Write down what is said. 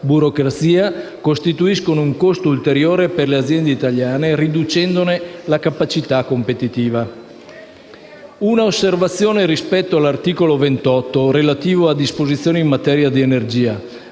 burocrazia, costituiscono un costo ulteriore per le aziende italiane riducendone la capacità competitiva. Faccio un'osservazione rispetto all'articolo 28, relativo a disposizioni in materia di energia: